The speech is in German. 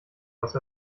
was